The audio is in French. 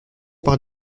par